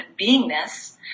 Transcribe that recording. beingness